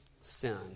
sin